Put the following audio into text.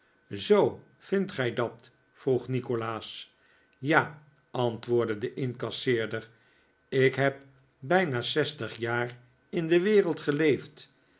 zoo vindt gij dat vroeg nikolaas ja antwoordde de incasseerder ik heb bijna zestig jaren in de wereld geleefd